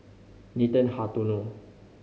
Nathan Hartono